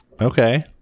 Okay